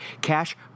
cash